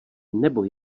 nebo